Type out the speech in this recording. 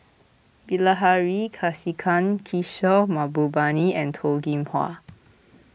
Bilahari Kausikan Kishore Mahbubani and Toh Kim Hwa